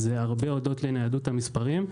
זה הרבה הודות לניידות המספרים.